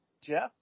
Jeff